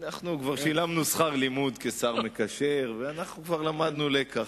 אנחנו כבר שילמנו שכר לימוד כשר המקשר ואנחנו כבר למדנו לקח,